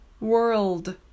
world